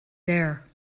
there